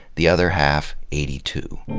the other half eighty two.